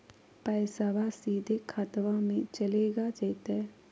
पैसाबा सीधे खतबा मे चलेगा जयते?